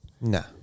No